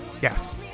Yes